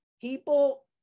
people